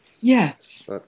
Yes